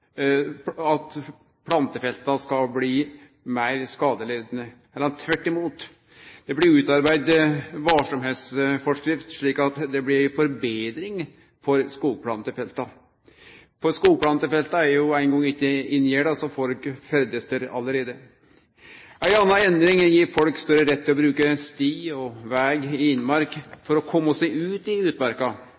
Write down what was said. bli meir skadelidande, heller tvert imot. Det blir utarbeidd varsemdsforskrift, slik at det blir ei forbetring for skogplantefelta. For skogplantefelta er jo ikkje eingong inngjerda, så folk ferdast der allereie. Ei anna endring gir folk større rett til å bruke sti og veg i innmark for å komma seg ut i utmarka.